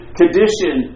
condition